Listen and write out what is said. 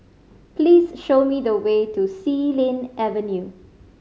please show me the way to Xilin Avenue